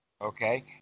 Okay